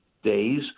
days